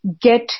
get